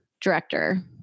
director